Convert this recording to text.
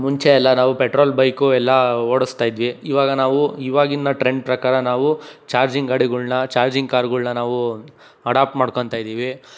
ಮುಂಚೆ ಎಲ್ಲ ನಾವು ಪೆಟ್ರೋಲ್ ಬೈಕ್ ಎಲ್ಲ ಓಡಿಸ್ತಾ ಇದ್ವಿ ಇವಾಗ ನಾವು ಇವಾಗಿನ ಟ್ರೆಂಡ್ ಪ್ರಕಾರ ನಾವು ಚಾರ್ಜಿಂಗ್ ಗಾಡಿಗಳನ್ನ ಚಾರ್ಜಿಂಗ್ ಕಾರ್ಗಳನ್ನ ನಾವು ಅಡಾಪ್ಟ್ ಮಾಡ್ಕೊತಾ ಇದ್ದೀವಿ